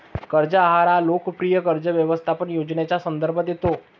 कर्ज आहार हा लोकप्रिय कर्ज व्यवस्थापन योजनेचा संदर्भ देतो